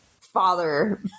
father